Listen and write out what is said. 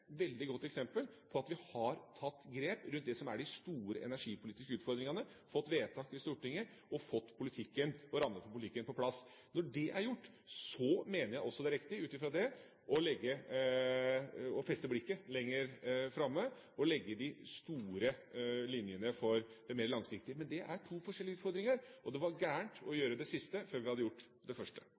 veldig godt eksempel på at vi har tatt grep rundt det som er de store energipolitiske utfordringene – fått vedtak i Stortinget og fått politikken og rammene for politikken på plass. Når det er gjort, mener jeg det også er riktig, ut fra dette, å feste blikket lenger fram, å legge de store linjene for det mer langsiktige. Men det er to forskjellige utfordringer, og det var galt å gjøre det siste før vi hadde gjort det første.